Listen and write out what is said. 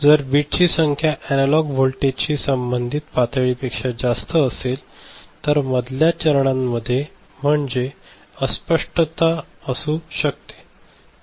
जर बिटची संख्या अॅनालॉग व्होल्टेजशी संबंधित पातळीपेक्षा जास्त असेल तर मधल्या चरणांमध्ये म्हणजे अस्पष्टता असू शकते